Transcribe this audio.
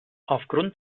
aufgrund